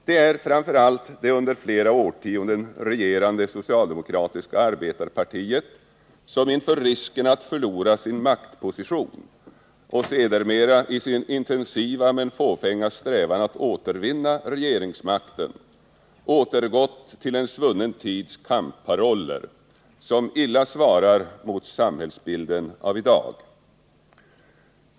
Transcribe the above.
Det är framför allt det under flera årtionden regerande socialdemokratiska arbetarpartiet som inför risken att förlora sin maktposition, och sedermera i sin intensiva men fåfänga strävan att återvinna regeringsmakten, återgått till en svunnen tids kampparoller, som illa svarar mot samhällsbilden av i dag.